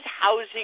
housing